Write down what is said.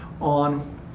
on